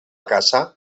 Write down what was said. casa